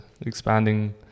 Expanding